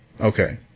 Okay